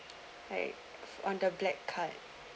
on the black card